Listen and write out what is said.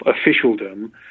officialdom